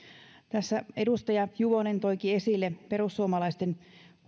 edustaja juvonen toikin esille perussuomalaisten